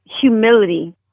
humility